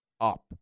up